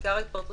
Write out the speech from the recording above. עיקר ההתפרצות,